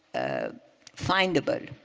findable.